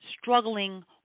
struggling